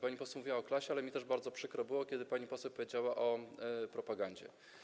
Pani poseł mówiła o klasie, ale mi też bardzo przykro było, kiedy pani poseł powiedziała o propagandzie.